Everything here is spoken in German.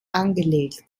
angelegt